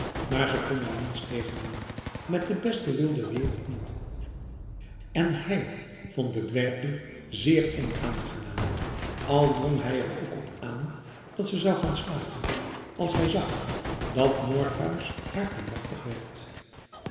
maar ze kon er niets tegen doen met de beste wil der wereld niet en hij vond het werkelijk zeer onaangenaam al drong hij er ook op aan dat ze zou gaan slapen als hij zag dat morpheus haar te machtig werd